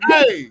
Hey